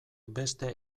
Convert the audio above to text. beste